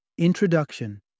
Introduction